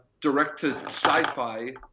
direct-to-sci-fi